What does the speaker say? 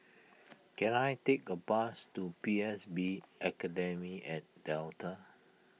can I take a bus to P S B Academy at Delta